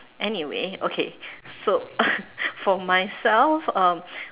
anyway okay so for myself um